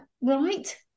right